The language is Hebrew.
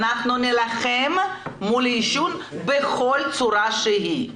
אנחנו נילחם מול העישון בכל צורה שהיא.